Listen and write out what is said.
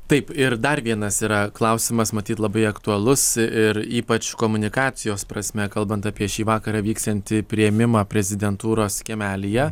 taip ir dar vienas yra klausimas matyt labai aktualus ir ypač komunikacijos prasme kalbant apie šį vakarą vyksiantį priėmimą prezidentūros kiemelyje